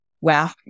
wow